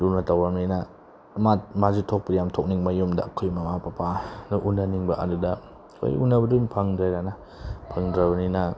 ꯂꯨꯅ ꯇꯧꯔꯕꯅꯤꯅ ꯃꯥ ꯃꯥꯁꯨ ꯊꯣꯛꯄꯨꯗꯤ ꯌꯥꯝ ꯊꯣꯛꯅꯤꯡꯕ ꯌꯨꯝꯗ ꯑꯩꯈꯣꯏ ꯃꯥꯃꯥ ꯄꯥꯄꯥꯗꯣ ꯎꯅꯅꯤꯡꯕ ꯑꯗꯨꯗ ꯍꯣꯏ ꯎꯅꯕꯗꯤ ꯑꯗꯨꯝ ꯐꯪꯗ꯭ꯔꯦꯗꯅ ꯐꯪꯗ꯭ꯔꯕꯅꯤꯅ